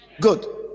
Good